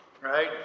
Right